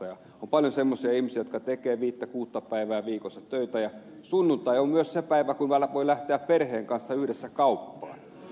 on paljon semmoisia ihmisiä jotka tekevät viisi kuusi päivää viikossa töitä ja joille sunnuntai on myös se päivä kun voi lähteä perheen kanssa yhdessä kauppaan